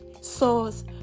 sauce